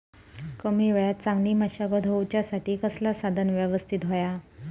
कमी वेळात चांगली मशागत होऊच्यासाठी कसला साधन यवस्तित होया?